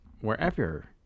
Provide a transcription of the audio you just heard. wherever